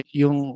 yung